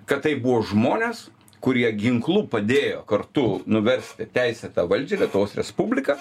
kad tai buvo žmonės kurie ginklu padėjo kartu nuversti teisėtą valdžią lietuvos respubliką